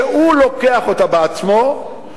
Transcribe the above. שהוא לוקח אותה בעצמו,